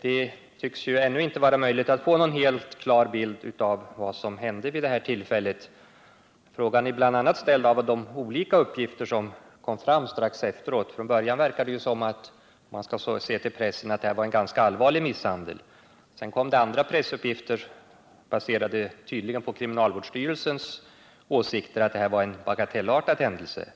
Det tycks ännu inte vara möjligt att få någon helt klar bild av vad som hände vid det aktuella tillfället. Frågan är ställd bl.a. mot bakgrund av de olika uppgifter som framkom strax efteråt. Att döma av pressen verkade det till en början som om det var fråga om en ganska allvarlig misshandel. Men sedan kom andra pressuppgifter. Tydligen baserade på kriminalvårdsstyrelsens åsikt, att det här var en bagatellartad händelse.